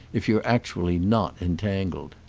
if you're actually not entangled.